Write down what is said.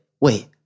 wait